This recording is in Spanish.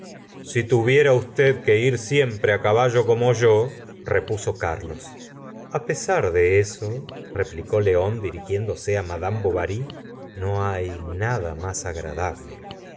si tuviera usted que ir siempre caballo como yo repuso carlos a pesar de eso replicó león dirigiéndose á madame bovary no hay nada más agradable